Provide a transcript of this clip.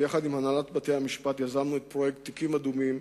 ויחד עם הנהלת בתי-המשפט יזמנו את פרויקט "תיקים אדומים",